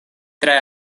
tre